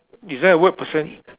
is there a word percent